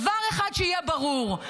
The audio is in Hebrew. דבר אחד שיהיה ברור,